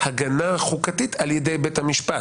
הגנה חוקתית על ידי בית המשפט.